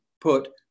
put